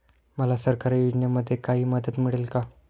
मला सरकारी योजनेमध्ये काही मदत मिळेल का?